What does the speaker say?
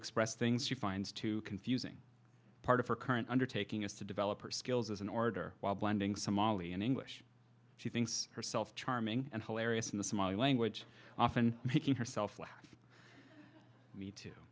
express things she finds too confusing part of her current undertaking is to develop her skills as an order while blending somali and english she thinks herself charming and hilarious in the somali language often making herself like me too